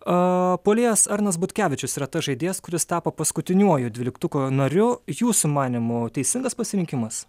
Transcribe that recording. a puolėjas arnas butkevičius yra tas žaidėjas kuris tapo paskutiniuoju dvyliktuko nariu jūsų manymu teisingas pasirinkimas